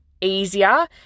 easier